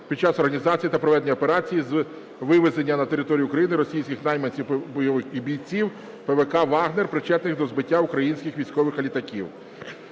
під час організації та проведення операції з вивезення на територію України російських найманців і бійців ПВК "Вагнер", причетних до збиття українських військових літаків